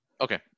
Okay